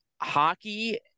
hockey